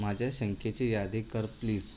माझ्या शंकेची यादी कर प्लीज